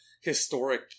historic